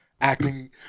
acting